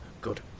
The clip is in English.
good